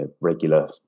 regular